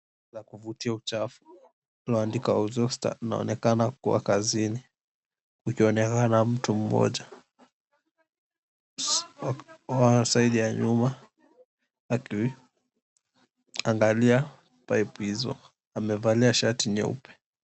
...Za kuvutia uchafu, lililoandikwa Exhauster linaonekana kuwa kazini, kukionekana mtu mmoja, wa side ya nyuma akiangalia pipe hizo. Amevalia shati nyeupe.